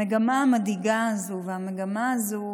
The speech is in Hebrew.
המגמה המדאיגה הזו והמגמה הזו